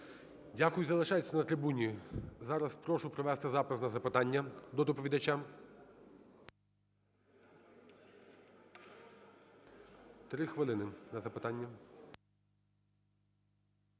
Дякую. Залишайтесь на трибуні. Зараз прошу провести запис на запитання до доповідача. Три хвилини на запитання.